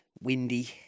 windy